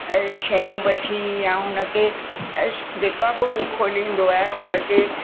ऐं शयूं वठी या हुनखे जेका बि उहो खोलींदो आहे हुनखे